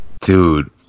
Dude